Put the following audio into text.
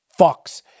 fucks